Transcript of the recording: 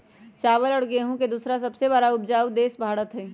चावल और गेहूं के दूसरा सबसे बड़ा उपजाऊ देश भारत हई